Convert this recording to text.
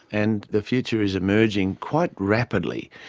and the future is emerging quite rapidly.